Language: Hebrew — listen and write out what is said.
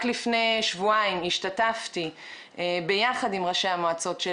רק לפני שבועיים השתתפתי יחד עם ראשי המועצות של